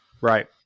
Right